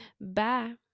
Bye